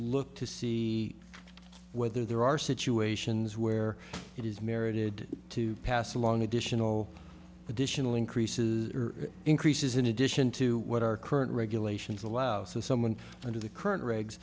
look to see whether there are situations where it is merited to pass along additional additional increases or increases in addition to what our current regulations allow someone under the current regs